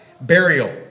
burial